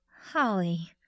Holly